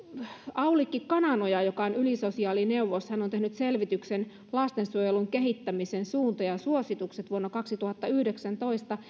aulikki kananoja joka on ylisosiaalineuvos on tehnyt selvityksen lastensuojelun kehittämisen suunta ja suositukset vuonna kaksituhattayhdeksäntoista